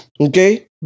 Okay